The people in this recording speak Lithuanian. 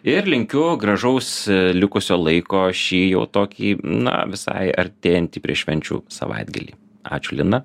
ir linkiu gražaus likusio laiko šį jau tokį na visai artėjantį prie švenčių savaitgalį ačiū lina